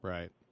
Right